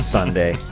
Sunday